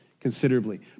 considerably